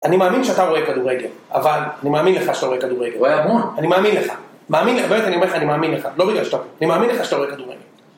אני מאמין שאתה רואה כדורגל, אבל אני מאמין לך שאתה רואה כדורגל. הוא היה אמון. אני מאמין לך. באמת אני אומר לך, אני מאמין לך. לא בגלל שאתה... אני מאמין לך שאתה רואה כדורגל.